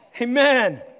Amen